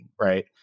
right